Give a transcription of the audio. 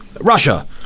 Russia